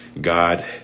God